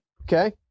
Okay